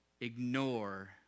ignore